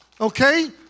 Okay